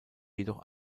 jedoch